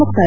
ಮುಕ್ತಾಯ